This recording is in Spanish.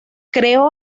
creó